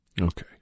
Okay